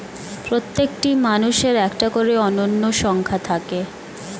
প্রত্যেকটি মানুষের একটা করে অনন্য সংখ্যা থাকে